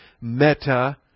Meta